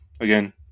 again